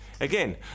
Again